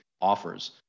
offers